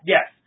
Yes